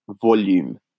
volume